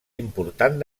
important